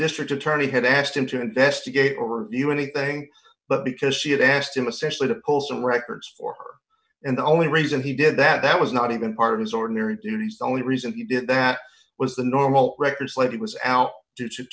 district attorney had asked him to investigate over you anything but because she had asked him especially the postal records for and the only reason he did that was not even part of his ordinary duties only reason he did that was the normal records lady was out